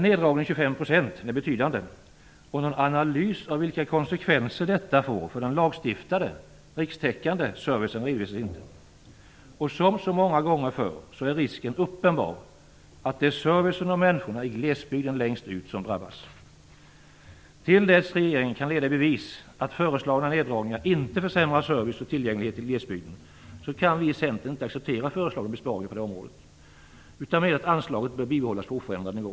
Neddragningen, 25 %, är betydande, och någon analys av vilka konsekvenser detta får för den lagstiftade, rikstäckande servicen redovisas inte. Som så många gånger förr är risken uppenbar att det är servicen och människorna längst ut i glesbygden som drabbas. Till dess regeringen kan leda i bevis att föreslagna neddragningar inte försämrar service och tillgänglighet i glesbygden kan vi i Centern inte acceptera föreslagna besparingar på detta område utan menar att anslaget bör bibehållas på oförändrad nivå.